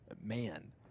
man